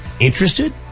interested